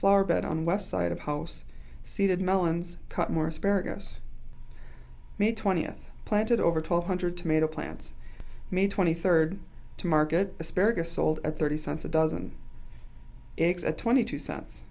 flower bed on west side of house seeded melons cut more asparagus may twentieth planted over two hundred tomato plants may twenty third to market asparagus sold at thirty cents a dozen eggs at twenty two cents